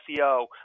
SEO